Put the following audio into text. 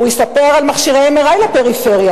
הוא יספר על מכשירי MRI לפריפריה.